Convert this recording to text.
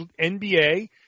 NBA